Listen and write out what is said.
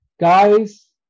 guys